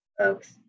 folks